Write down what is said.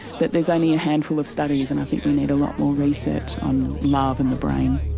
but there's only a handful of studies and i think we need a lot more research on love and the brain.